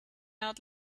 out